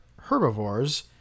herbivores